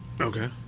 Okay